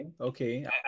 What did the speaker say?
okay